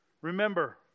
Remember